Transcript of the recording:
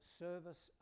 service